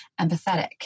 empathetic